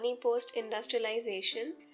post-industrialization